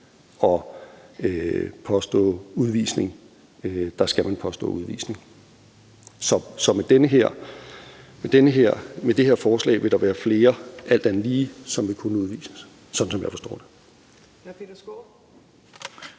at påstå udvisning, skal man påstå udvisning. Så med det her forslag vil der alt andet lige være flere, som vil kunne udvises, som jeg forstår det.